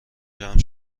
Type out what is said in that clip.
جمع